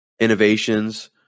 innovations